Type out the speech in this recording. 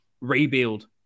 rebuild